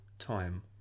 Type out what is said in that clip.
time